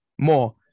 more